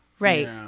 Right